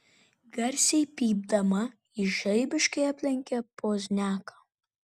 garsiai pypdama ji žaibiškai aplenkė pozniaką